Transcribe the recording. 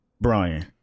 Brian